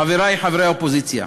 חברי חברי האופוזיציה,